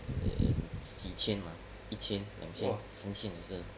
eh 几千 lah 一千两千三千也是